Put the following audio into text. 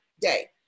day